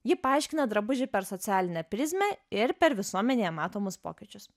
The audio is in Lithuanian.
ji paaiškina drabužį per socialinę prizmę ir per visuomenėje matomus pokyčius